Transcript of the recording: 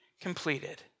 completed